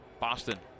Boston